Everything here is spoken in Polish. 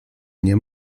nie